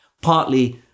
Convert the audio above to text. partly